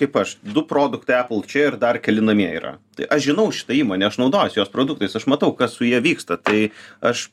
kaip aš du produktai epl čia ir dar keli namie yra tai aš žinau šitą įmonę aš naudojuosi jos produktais aš matau kas su ja vyksta tai aš